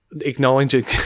acknowledging